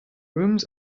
rooms